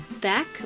back